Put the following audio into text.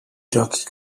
giochi